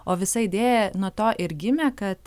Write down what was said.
o visa idėja nuo to ir gimė kad